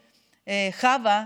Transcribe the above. חוה,